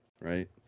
Right